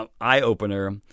eye-opener